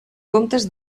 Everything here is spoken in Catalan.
comptes